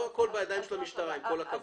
לא הכול בידיים של המשטרה, עם כל הכבוד.